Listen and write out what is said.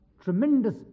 tremendous